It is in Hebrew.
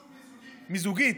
מיזוגית.